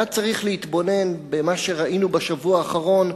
היה צריך להתבונן במה שראינו בשבוע האחרון,